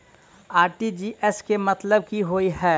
RTGS केँ मतलब की होइ हय?